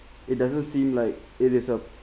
it doesn't seem like it is a